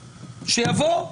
שיבוא.